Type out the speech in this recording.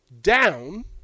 down